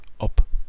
up